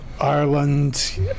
Ireland